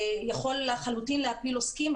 זה יכול לחלוטין להפיל עוסקים.